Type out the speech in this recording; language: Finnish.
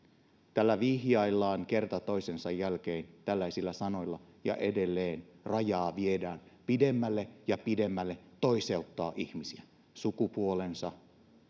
täällä vihjaillaan kerta toisensa jälkeen tällaisilla sanoilla ja edelleen rajaa viedään pidemmälle ja pidemmälle toiseutetaan ihmisiä sukupuolensa